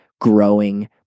growing